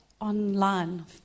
online